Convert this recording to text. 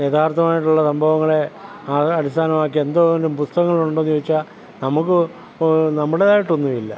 യാഥാർത്ഥമായിട്ടുള്ള സംഭവങ്ങളെ ആകെ അടിസ്ഥാനമാക്കി എന്തോരം പുസ്തകങ്ങളുണ്ട് എന്ന് ചോദിച്ചാൽ നമുക്ക് നമ്മുടേതായിട്ട് ഒന്നുമില്ല